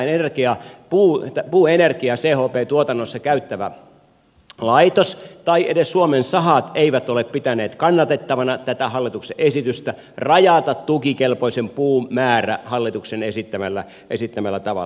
yksikään puuenergiaa chp tuotannossa käyttävä laitos tai edes suomen sahat eivät ole pitäneet kannatettavana tätä hallituksen esitystä rajata tukikelpoisen puun määrä hallituksen esittämällä tavalla